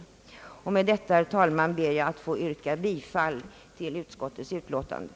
Med detta ber jag, herr talman, att få yrka bifall till utskottets förslag.